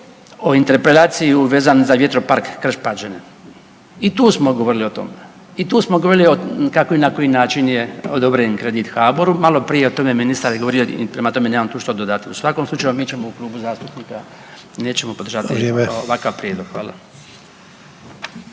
o interpelaciji vezno za vjetropark Krš-Pađene. I tu smo govorili o tome. I tu smo govorili kako i na koji način je odobren kredit HABOR-u, malo prije je o tome ministar govorio i prema tome nemam tu što dodati. U svakom slučaju mi ćemo u klubu zastupnika, nećemo podržati …/Upadica: Vrijeme./… ovakav